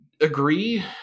agree